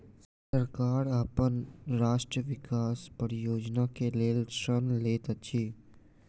सरकार अपन राष्ट्रक विकास परियोजना के लेल ऋण लैत अछि